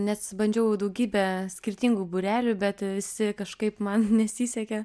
nes bandžiau daugybę skirtingų būrelių bet visi kažkaip man nesisekė